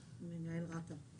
מנהל רשות התעופה האזרחית.